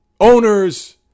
owners